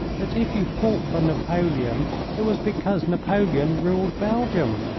that if you fought for napoleon it was because napoleon ruled belgium?